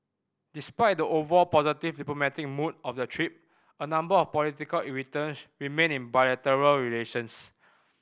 despite the overall positive diplomatic mood of the trip a number of political irritants remain in bilateral relations